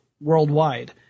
worldwide